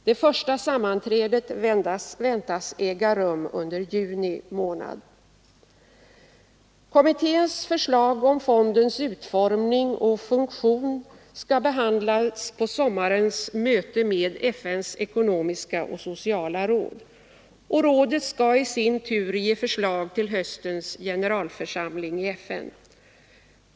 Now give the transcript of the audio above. Det första sammanträdet väntas äga rum under juni månad. Kommitténs förslag om fondens utformning och funktion skall behandlas på sommarens möte med FN:s ekonomiska och sociala råd, som i sin tur skall ge förslag till höstens generalförsamling i FN.